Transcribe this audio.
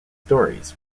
stories